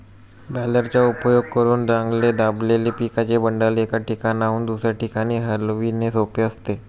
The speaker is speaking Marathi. बॅलरचा उपयोग करून चांगले दाबलेले पिकाचे बंडल, एका ठिकाणाहून दुसऱ्या ठिकाणी हलविणे सोपे असते